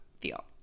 feel